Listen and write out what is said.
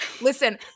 Listen